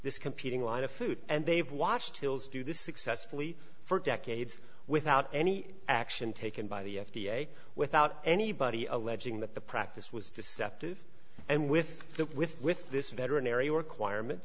this competing line of food and they've watched hills do this successfully for decades without any action taken by the f d a without anybody alleging that the practice was deceptive and with that with with this veterinary requirement